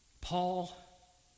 Paul